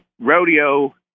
rodeo